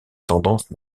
tendance